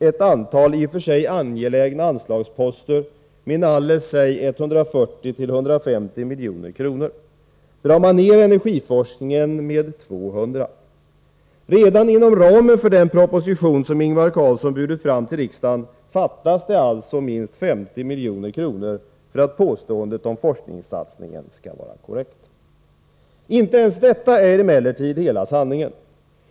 ett antal i och för sig angelägna anslagsposter med inalles 140-150 milj.kr. drar man ner energiforskningen med 200 milj.kr. Redan inom ramen för den proposition som Ingvar Carlsson burit fram till riksdagen fattas det alltså minst 50 milj.kr. för att påståendet om forskningsatsningen skall vara korrekt. Inte ens detta är emellertid hela sanningen.